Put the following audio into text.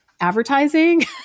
advertising